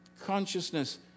consciousness